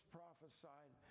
prophesied